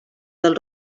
del